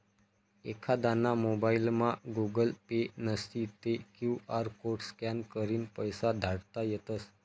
एखांदाना मोबाइलमा Google Pay नशी ते क्यु आर कोड स्कॅन करीन पैसा धाडता येतस